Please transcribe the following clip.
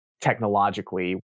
technologically